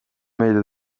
meedia